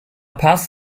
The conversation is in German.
paz